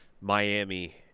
Miami